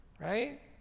right